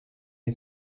and